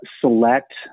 select